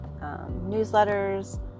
newsletters